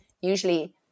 Usually